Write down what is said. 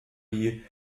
die